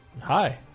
Hi